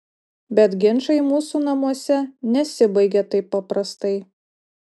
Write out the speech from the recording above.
bet ginčai mūsų namuose nesibaigia taip paprastai